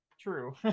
true